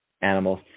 animals